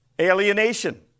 alienation